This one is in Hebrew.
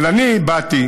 אבל אני באתי